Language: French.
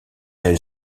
elle